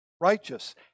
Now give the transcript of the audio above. righteous